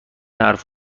حرف